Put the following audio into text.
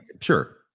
Sure